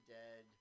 dead